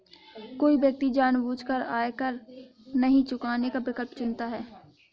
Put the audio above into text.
कोई व्यक्ति जानबूझकर आयकर नहीं चुकाने का विकल्प चुनता है